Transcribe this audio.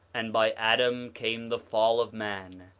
and by adam came the fall of man.